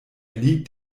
liegt